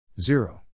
zero